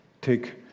take